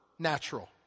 natural